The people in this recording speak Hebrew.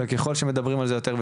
וככל שמדברים על זה יותר,